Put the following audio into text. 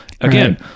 Again